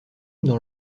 dans